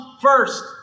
first